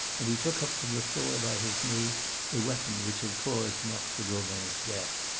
and he took up from the floor by his knee the weapon which had caused marthe gobin's death.